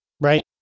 Right